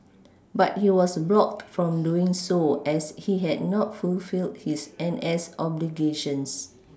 but he was blocked from doing so as he had not fulfilled his N S obligations